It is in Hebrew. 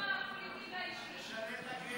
זה קשור לעניינים הפוליטיים והאישיים?